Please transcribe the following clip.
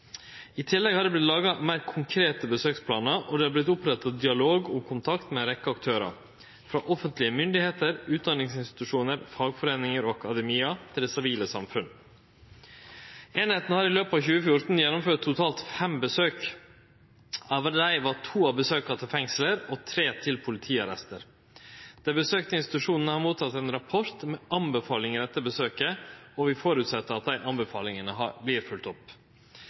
I tillegg har det vorte laga meir konkrete besøksplanar, og det har vorte oppretta dialog og kontakt med ei rekkje aktørar – frå offentlege myndigheiter, utdanningsinstitusjonar, fagforeiningar og akademia til det sivile samfunnet. Eininga har i løpet av 2014 gjennomført totalt fem besøk. Av dei var to av besøka i fengsel og tre i politiarrestar. Dei besøkte institusjonane har motteke ein rapport med anbefalingar etter besøket, og vi føreset at dei anbefalingane vert følgde opp.